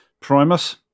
Primus